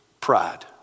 pride